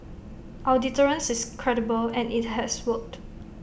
our deterrence is credible and IT has worked